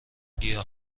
گیاه